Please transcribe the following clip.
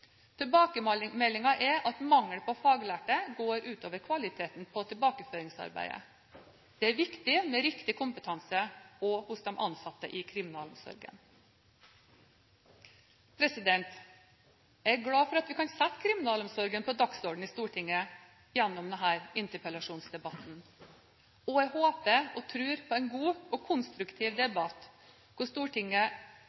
er at mangel på faglærte går ut over kvaliteten på tilbakeføringsarbeidet. Det er viktig med riktig kompetanse, også hos de ansatte i kriminalomsorgen. Jeg er glad for at vi kan sette kriminalomsorgen på dagsordenen i Stortinget gjennom denne interpellasjonsdebatten. Og jeg håper og tror på en god og konstruktiv